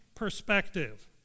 perspective